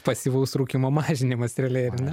pasyvaus rūkymo mažinimas realiai ar ne